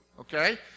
okay